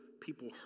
people